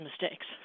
mistakes